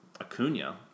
Acuna